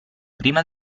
prima